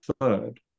third